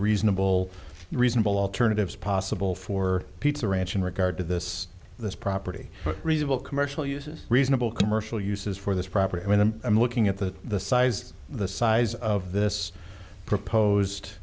reasonable reasonable alternatives possible for pizza ranch in regard to this property reasonable commercial uses reasonable commercial uses for this property i mean i'm looking at the size the size of this proposed